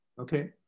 Okay